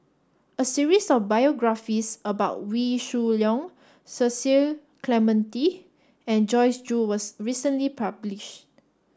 a series of biographies about Wee Shoo Leong Cecil Clementi and Joyce Jue was recently published